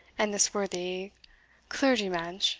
and this worthy clergymansh,